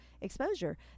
exposure